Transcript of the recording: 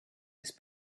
his